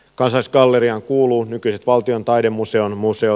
kansallisgalleriaan kuuluvat nykyiset valtion taidemuseon museot